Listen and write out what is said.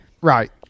Right